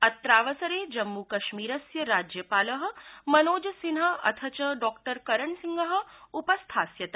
अत्रावसरे जम्मूकश्मीरस्य राज्यपाल मनोजसिन्हा अथ च डॉ करणसिंह उपस्थास्यत